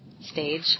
stage